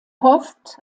hofft